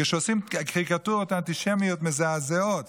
כשעושים קריקטורות אנטישמיות מזעזעות